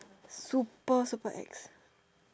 super super ex